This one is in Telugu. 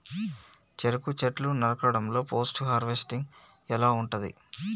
చెరుకు చెట్లు నరకడం లో పోస్ట్ హార్వెస్టింగ్ ఎలా ఉంటది?